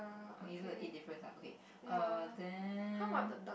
okay so the eighth difference uh okay err then